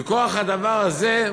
מכוח הדבר הזה,